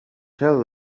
tell